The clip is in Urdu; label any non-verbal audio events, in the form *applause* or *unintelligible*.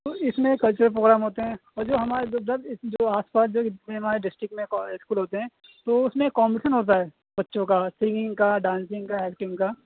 تو اس میں کلچرل پروگرام ہوتے ہیں اور جو ہمارا جو *unintelligible* جو آس پاس جو اتنے ہمارے ڈسٹرکٹ میں کا اسکول ہوتے ہیں تو اس میں کامپٹیشن ہوتا ہے بچوں کا سنگنگ کا ڈانسنگ کا ایکٹنگ کا